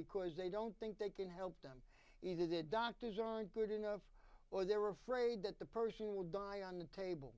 because they don't think they can help them either the doctors aren't good enough or they were afraid that the person would die on the table